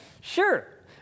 Sure